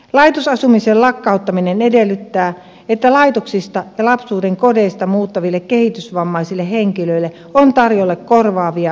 laitosasumisen lakkauttaminen edellyttää että laitoksista ja lapsuudenkodeista muuttaville kehitysvammaisille henkilöille on tarjolla korvaavia yksilöllisiä palveluja